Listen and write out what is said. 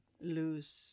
lose